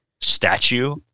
statue